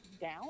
down